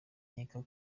nkeka